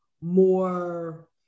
more